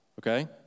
okay